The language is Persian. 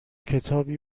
کتابی